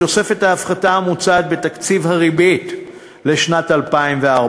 בתוספת ההפחתה המוצעת בתקציב הריבית לשנת 2014,